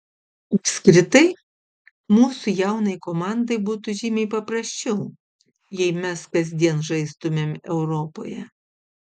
apskritai mūsų jaunai komandai būtų žymiai paprasčiau jei mes kasdien žaistumėm europoje